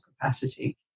capacity